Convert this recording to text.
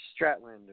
Stratlander